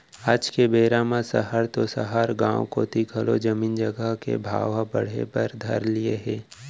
आज के बेरा म सहर तो सहर गॉंव कोती घलौ जमीन जघा के भाव हर बढ़े बर धर लिये हे